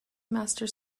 master